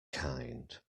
kind